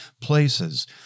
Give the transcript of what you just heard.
places